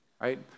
right